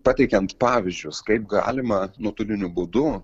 pateikiant pavyzdžius kaip galima nuotoliniu būdu